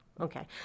okay